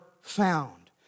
found